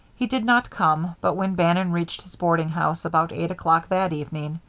he did not come, but when bannon reached his boarding-house about eight o'clock that evening,